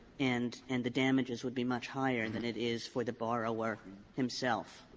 and and the damages would be much higher than it is for the borrower himself.